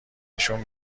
نشون